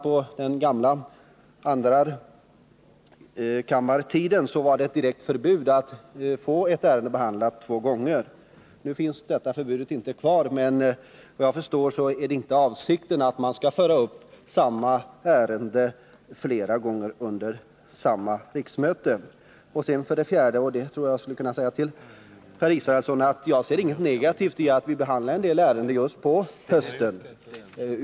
På den gamla tvåkammarriksdagens tid var det ett direkt förbud att få samma ärende behandlat två gånger under samma riksdag. Nu finns inte detta förbud kvar, men såvitt jag förstår är avsikten ändå inte att man skall föra upp samma ärende flera gånger under samma riksmöte. Slutligen vill jag säga till Per Israelsson att jag ser inget negativt i att vi behandlar en del ärenden just på hösten.